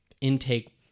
intake